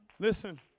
Listen